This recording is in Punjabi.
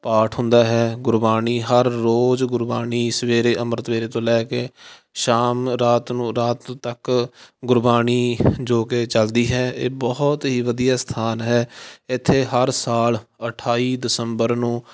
ਪਾਠ ਹੁੰਦਾ ਹੈ ਗੁਰਬਾਣੀ ਹਰ ਰੋਜ਼ ਗੁਰਬਾਣੀ ਸਵੇਰੇ ਅੰਮ੍ਰਿਤ ਵੇਲੇ ਤੋਂ ਲੈ ਕੇ ਸ਼ਾਮ ਰਾਤ ਨੂੰ ਰਾਤ ਤੱਕ ਗੁਰਬਾਣੀ ਜੋ ਕਿ ਚੱਲਦੀ ਹੈ ਇਹ ਬਹੁਤ ਹੀ ਵਧੀਆ ਸਥਾਨ ਹੈ ਇੱਥੇ ਹਰ ਸਾਲ ਅਠਾਈ ਦਸੰਬਰ ਨੂੰ